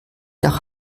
nach